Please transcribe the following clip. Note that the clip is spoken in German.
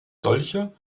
solche